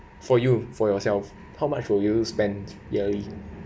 for you for yourself how much will you spend yearly